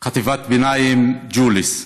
חטיבת ביניים ג'וליס,